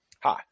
Hi